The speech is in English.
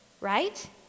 right